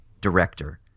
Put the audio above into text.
director